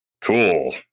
cool